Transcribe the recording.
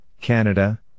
Canada